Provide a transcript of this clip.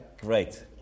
Great